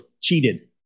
cheated